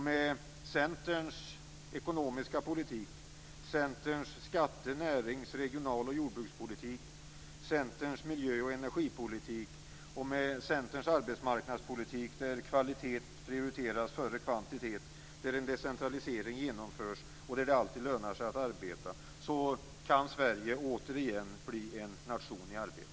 Med Centerns ekonomiska politik, Centerns skatte-, närings-, regional och jordbrukspolitik, Centerns miljö och energipolitik och med Centerns arbetsmarknadspolitik där kvalitet prioriteras före kvantitet, där en decentralisering genomförs och där det alltid lönar sig att arbeta kan Sverige återigen bli en nation i arbete.